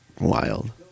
Wild